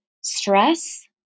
stress